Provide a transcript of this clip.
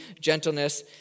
gentleness